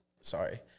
sorry